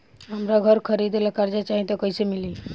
हमरा घर खरीदे ला कर्जा चाही त कैसे मिली?